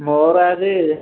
ମୋର ଆଜି